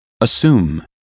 Assume